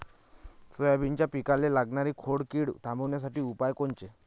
सोयाबीनच्या पिकाले लागनारी खोड किड थांबवासाठी उपाय कोनचे?